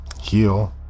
Heal